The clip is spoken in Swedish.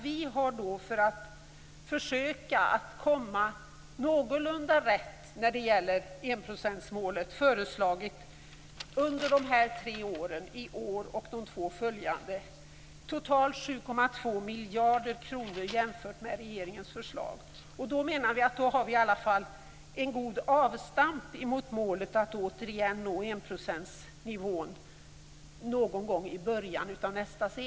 Vi har för att försöka komma någorlunda rätt när det gäller enprocentsmålet föreslagit en höjning under detta år och de två följande åren med totalt 7,2 miljarder jämfört med regeringens förslag. Vi menar att detta blir en god avstamp mot målet att återigen nå enprocentsnivån någon gång i början av nästa sekel.